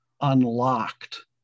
unlocked